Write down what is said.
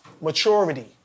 maturity